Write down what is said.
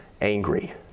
angry